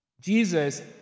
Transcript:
Jesus